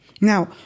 Now